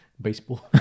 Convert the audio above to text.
Baseball